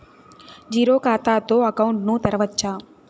Zero ఖాతా తో account ను తెరవచ్చా?